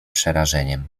przerażeniem